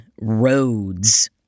roads